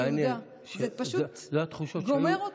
את יודעת, מעניין, זה פשוט גומר אותי.